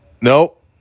Nope